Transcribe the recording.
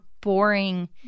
boring